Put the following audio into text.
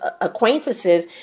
acquaintances